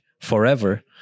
forever